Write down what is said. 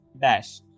dash